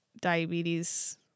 diabetes